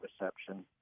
reception